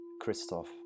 Christoph